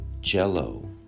Jello